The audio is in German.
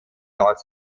dort